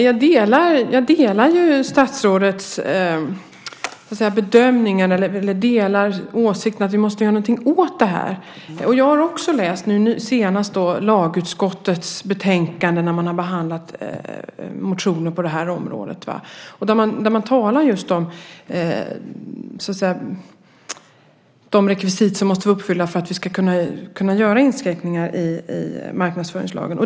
Herr talman! Jag delar statsrådets bedömning och åsikten att vi måste göra något åt detta. Jag har också läst lagutskottets senaste betänkande där man har behandlat motioner på det här området. Där talar man om de rekvisit som måste vara uppfyllda för att man ska kunna göra inskränkningar i marknadsföringslagen.